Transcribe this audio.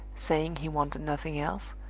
saying he wanted nothing else,